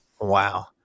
Wow